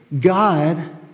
God